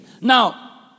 Now